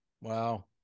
wow